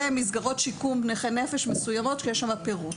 ומסגרות שיקום נכי נפש ושם יש פירוט.